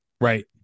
Right